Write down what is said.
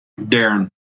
Darren